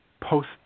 post